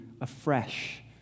afresh